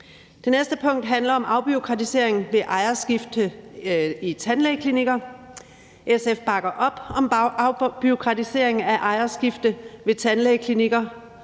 Det næste punkt handler om afbureaukratisering af ejerskifte i tandlægeklinikker. SF bakker op om afbureaukratisering af ejerskifte i tandlægeklinikker.